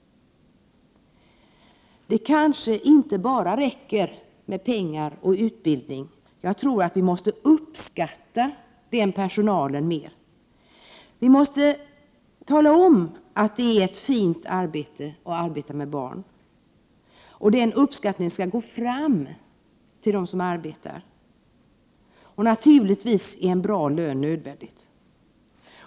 Det kanske inte räcker med bara pengar och utbildning. Jag tror att vi måste uppskatta den personalen mer. Vi måste tala om att det är ett fint arbete att arbeta med barn, och den uppskattningen skall gå fram till dem som arbetar där. Och naturligtvis är en bra lön nödvändig.